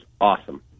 awesome